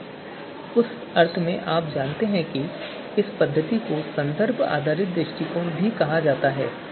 तो उस अर्थ में आप जानते हैं कि इस पद्धति को संदर्भ आधारित दृष्टिकोण भी कहा जाता है